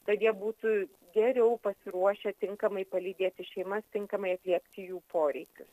kad jie būtų geriau pasiruošę tinkamai palydėti šeimas tinkamai atliepti jų poreikius